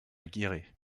guéret